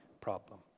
problem